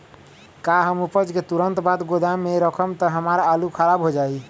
का हम उपज के तुरंत बाद गोदाम में रखम त हमार आलू खराब हो जाइ?